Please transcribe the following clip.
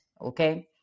okay